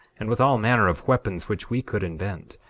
and with all manner of weapons which we could invent,